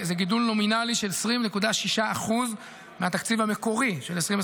זה גידול נומינלי של 20.6% מהתקציב המקורי של 2024,